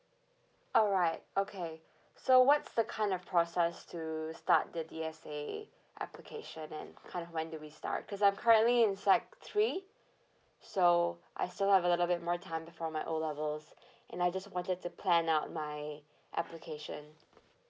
alright okay so what's the kind of process to start the D_S_A application and kind of when do we start cause I'm currently in sec three so I still have a little bit more time before my O levels and I just wanted to plan out my application